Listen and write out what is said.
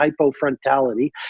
hypofrontality